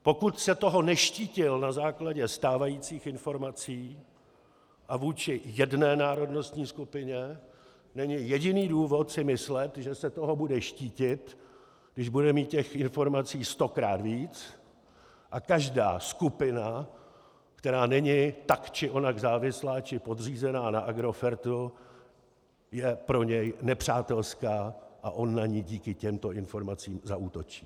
Pokud se toho neštítil na základě stávajících informací a vůči jedné národnostní skupině, není jediný důvod si myslet, že se toho bude štítit, když bude mít těch informací stokrát víc, a každá skupina, která není tak či onak závislá či podřízená na Agrofertu, je pro něj nepřátelská a on na ni díky těmto informacím zaútočí.